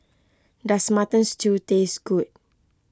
does Mutton Stew taste good